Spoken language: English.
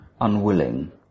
unwilling